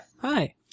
Hi